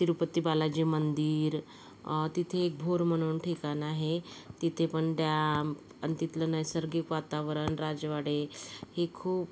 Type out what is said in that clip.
तिरूपती बालाजी मंदिर तिथे एक भोर म्हणून ठिकाण आहे तिथेपण डॅम आणि तिथलं नैसर्गिक वातावरण राजवाडे ही खूप